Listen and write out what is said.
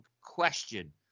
question